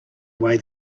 way